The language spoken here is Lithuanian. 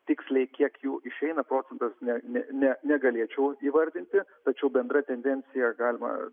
tiksliai kiek jų išeina procentas ne ne ne negalėčiau įvardinti tačiau bendra tendencija galima